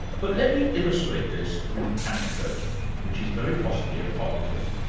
but let me illustrate this with an anecdote which is very possibly apocryphal.